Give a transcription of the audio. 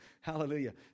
Hallelujah